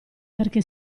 perché